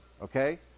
okay